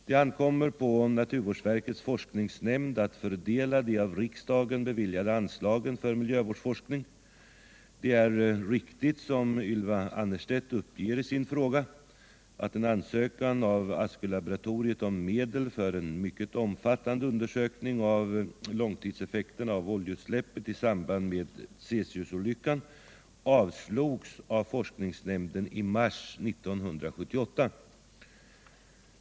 Det ankommer på naturvårdsverkets forskningsnämnd att fördela de av riksdagen beviljade anslagen för miljövårdsforskning. Det är riktigt som Ylva Annerstedt uppger i sin fråga att en ansökan av Askölaboratoriet om medel för en mycket omfattande undersökning av långtidseffekterna av oljeutsläppet i samband med Tsesisolyckan avslogs av forskningsnämnden i mars 1978.